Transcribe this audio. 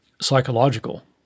psychological